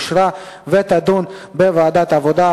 לדיון מוקדם בוועדת העבודה,